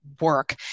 work